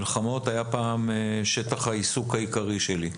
מלחמות היה פעם שטח העיסוק העיקרי שלי,